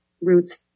roots